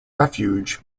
refuge